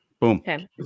boom